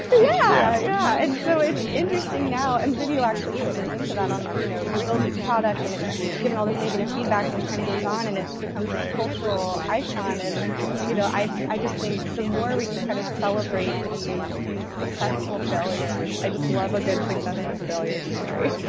yeah, yeah. and so it's interesting now. and the video actually kind of goes into that on, you know you build this product and it's given all this negative feedback and time goes on and it becomes this cultural icon. and you know i i just think the more we can kind of celebrate these these successful failures, i just love a good successful failure story.